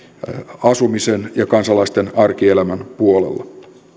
asumisen ja kansalaisten arkielämän puolella